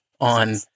on